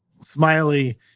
Smiley